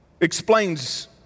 explains